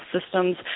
systems